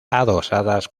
adosadas